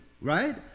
right